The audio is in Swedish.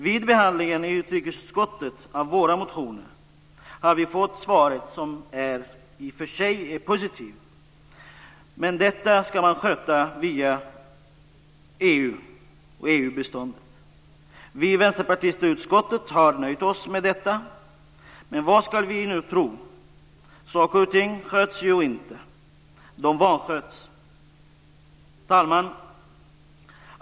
Vid behandlingen i utrikesutskottet av våra motioner har vi fått ett svar som i och för sig är positivt. Men detta ska skötas via EU och EU-biståndet. Vi vänsterpartister i utskottet har nöjt oss med detta. Men vad ska vi nu tro. Saker och ting sköts ju inte. De vansköts. Herr talman!